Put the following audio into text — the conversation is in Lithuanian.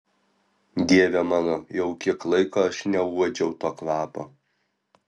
dieve mano jau kiek laiko aš neuodžiau to kvapo